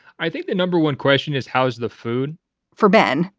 i think the number one question is how is the food for ben,